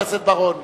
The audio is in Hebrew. חבר הכנסת בר-און.